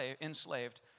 enslaved